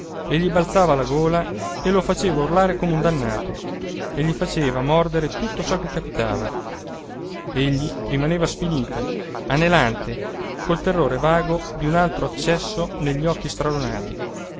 e gli balzava alla gola e lo faceva urlare come un dannato e gli faceva mordere tutto ciò che capitava egli rimaneva sfinito anelante col terrore vago di un altro accesso negli occhi stralunati